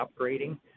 upgrading